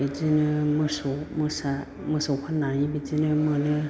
बिदिनो मोसौ मोसा मोसौ फाननानै बिदिनो मोनो